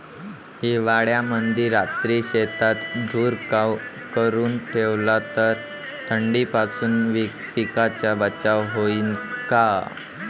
हिवाळ्यामंदी रात्री शेतात धुर करून ठेवला तर थंडीपासून पिकाचा बचाव होईन का?